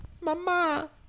mama